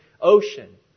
ocean